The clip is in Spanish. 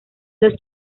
los